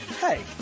Hey